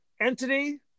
Entity